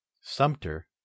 Sumter